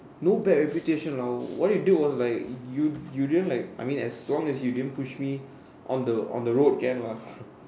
no bad reputation lah what you did was like if you you didn't I mean as long as you didn't push me on the road can lah